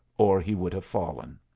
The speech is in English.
or he would have fallen.